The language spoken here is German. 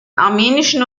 armenischen